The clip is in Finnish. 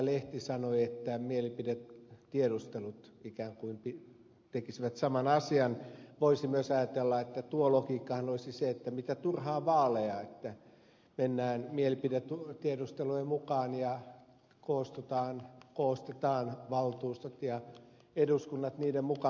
lehti sanoi että mielipidetiedustelut ikään kuin tekisivät saman asian voisi myös ajatella että tuo logiikkahan olisi se että mitä turhaan pidetään vaaleja mennään mielipidetiedustelujen mukaan ja koostetaan valtuustot ja eduskunnat niiden mukaan